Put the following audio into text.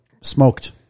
smoked